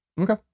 Okay